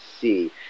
see